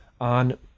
on